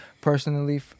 personally